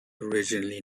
originally